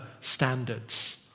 standards